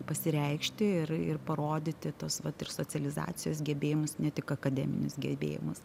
pasireikšti ir ir parodyti tuos vat ir socializacijos gebėjimus ne tik akademinius gebėjimus